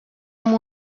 amb